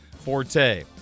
forte